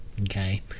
okay